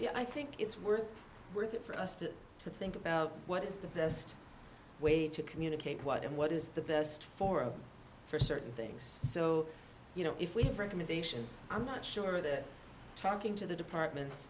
yeah i think it's worth worth it for us to to think about what is the best way to communicate what and what is the best forum for certain things so you know if we have recommendations i'm not sure that talking to the departments